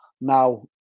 now